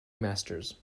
masters